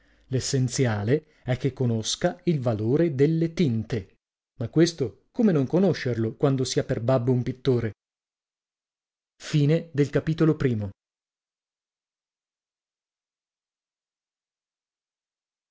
l'essenziale è che conosca il valore delle tinte ma questo come non conoscerlo quando si ha per babbo un pittore ii